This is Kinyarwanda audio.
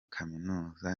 kaminuza